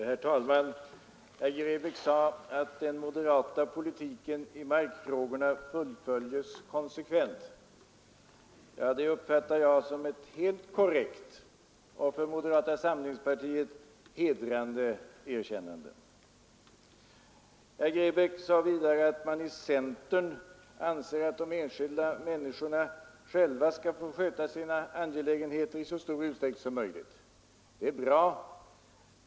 Herr talman! Herr Grebäck sade att moderaternas politik i markfrågorna fullföljs konsekvent. Det uppfattar jag som ett helt korrekt och för moderata samlingspartiet hedrande erkännande. Herr Grebäck sade vidare att man i centern anser att de enskilda människorna själva skall få sköta sina angelägenheter i så stor utsträckning som möjligt. Det är bra.